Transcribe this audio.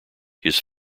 his